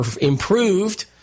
improved